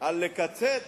על לקצץ,